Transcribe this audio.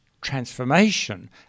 transformation